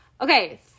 okay